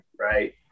right